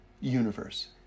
universe